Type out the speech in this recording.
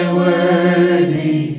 worthy